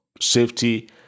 Safety